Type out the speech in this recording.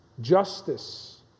justice